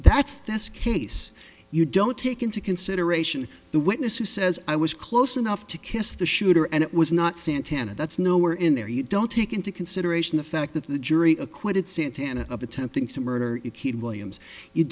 consideration that's this case you don't take into consideration the witness who says i was close enough to kiss the shooter and it was not santana that's nowhere in there you don't take into consideration the fact that the jury acquitted santana of attempting to murder you keyed williams you